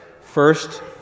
first